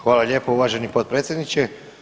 Hvala lijepo uvaženi potpredsjedniče.